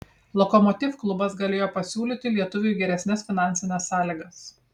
lokomotiv klubas galėjo pasiūlyti lietuviui geresnes finansines sąlygas